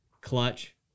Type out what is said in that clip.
clutch